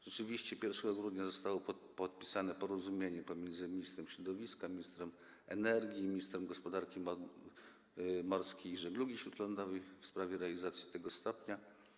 Rzeczywiście 1 grudnia zostało podpisane porozumienie pomiędzy ministrem środowiska, ministrem energii oraz ministrem gospodarki morskiej i żeglugi śródlądowej w sprawie realizacji tego stopnia.